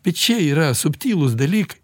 bet čia yra subtilūs dalykai